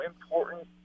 important